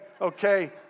okay